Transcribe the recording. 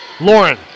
Lauren